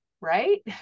right